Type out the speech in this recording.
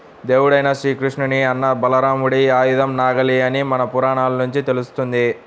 దేవుడైన శ్రీకృష్ణుని అన్న బలరాముడి ఆయుధం నాగలి అని మన పురాణాల నుంచి తెలుస్తంది